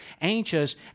anxious